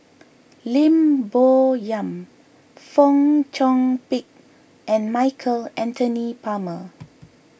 Lim Bo Yam Fong Chong Pik and Michael Anthony Palmer